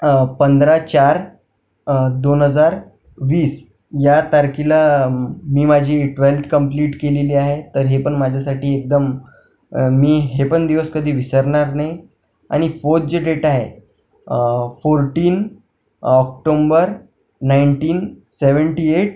पंधरा चार दोन हजार वीस या तारखेला मी माझी ट्वेल्थ कंप्लिट केलेली आहे तर हे पण माझ्यासाठी एकदम मी हे पण दिवस कधी विसरणार नाही आणि फोत जे डेट आहे fourteen October nineteen seventy eight